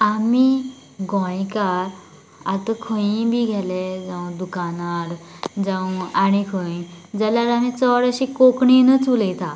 आमी गोंयकार आता खंय बी गेले जावं दुकानार जावं आनी खंय जाल्यार आमी चडशें कोंकणीनच उलयतात